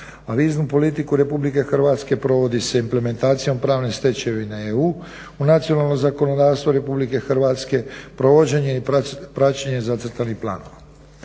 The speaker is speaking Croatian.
viznu politiku RH provodi se implementacijom pravne stečevine EU u nacionalno zakonodavstvo RH provođenje i praćenje zacrtanih planova.